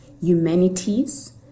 humanities